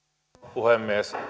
puhemies